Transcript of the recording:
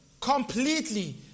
completely